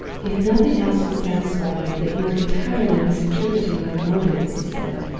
if nothing else will satisfy you that you are entirely misinterpreting my motives he said,